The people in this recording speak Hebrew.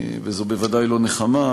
וזו בוודאי לא נחמה,